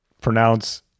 pronounce